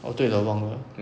oh 对耳聋 leh